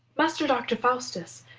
master doctor faustus,